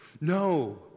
No